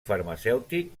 farmacèutic